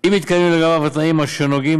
אם מתקיימים לגביו התנאים שנוגעים